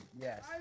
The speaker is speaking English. Yes